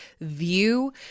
view